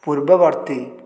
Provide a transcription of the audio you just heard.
ପୂର୍ବବର୍ତ୍ତୀ